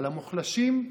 למוחלשים,